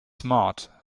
smart